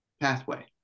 pathway